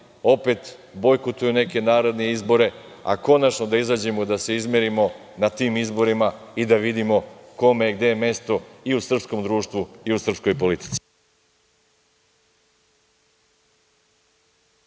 opet bojkotuju neke naredne izbore, a konačno da izađemo da se izmerimo na tim izborima i da vidimo kome gde mesto i u srpskom društvu i u srpskoj politici.